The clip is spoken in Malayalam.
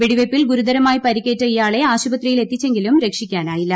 വെടിവെയ്പ്പിൽ ഗുരുതരമായി പരിക്കേറ്റ ഇയാളെ ആശുപത്രിയിൽ എത്തിച്ചെങ്കിലും രക്ഷിക്കാനായില്ല